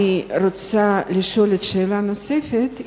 אני רוצה לשאול שאלה נוספת.